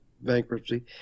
bankruptcy